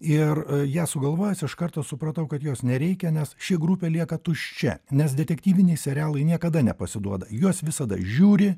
ir ją sugalvojęs iš karto supratau kad jos nereikia nes ši grupė lieka tuščia nes detektyviniai serialai niekada nepasiduoda juos visada žiūri